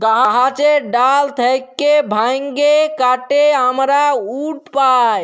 গাহাচের ডাল থ্যাইকে ভাইঙে কাটে আমরা উড পায়